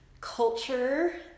culture